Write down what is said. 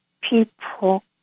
people